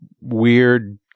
weird